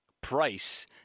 price